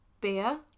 beer